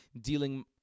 dealing